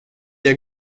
jag